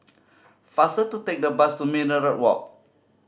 faster to take the bus to Minaret Walk